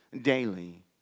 daily